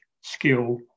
skill